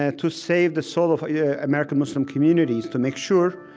and to save the soul of yeah american muslim communities, to make sure,